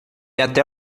até